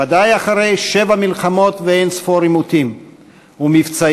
בוודאי אחרי שבע מלחמות ואין-ספור עימותים ומבצעים,